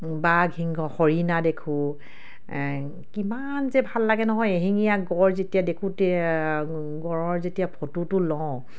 বাঘ সিংহ হৰিণা দেখোঁ কিমান যে ভাল লাগে নহয় এশিঙীয়া গঁড় যেতিয়া দেখোঁ গঁড়ৰৰ যেতিয়া ফটোটো লওঁ